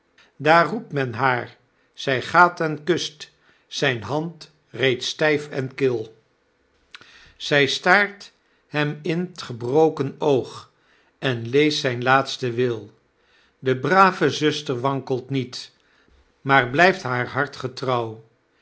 daar roept men haar zij gaat en kust zyn hand reeds stgf en kil zg staart hem in t gebroken oog en leest zgn laatsten wil de brave zuster wankelt niet maar blgft haar hart